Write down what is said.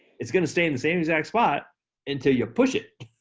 it's gonna stay in the same exact spot until you push it.